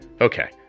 okay